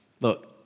Look